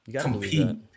compete